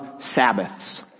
Sabbaths